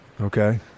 Okay